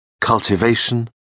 cultivation